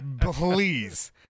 please